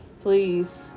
Please